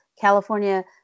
California